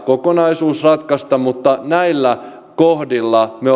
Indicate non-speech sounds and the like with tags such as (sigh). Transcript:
kokonaisuus ratkaista mutta näillä kohdilla me (unintelligible)